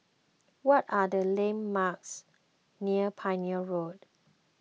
what are the landmarks near Pioneer Road